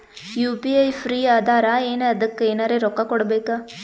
UPI free ಅದಾರಾ ಏನ ಅದಕ್ಕ ಎನೆರ ರೊಕ್ಕ ಕೊಡಬೇಕ?